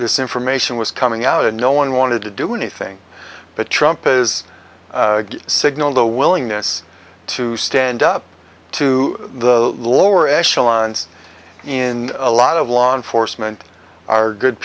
this information was coming out and no one wanted to do anything but trump is signaled a willingness to stand up to the lower echelons in a lot of law enforcement are good